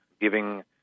giving